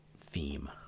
theme